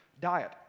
diet